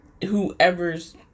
Whoever's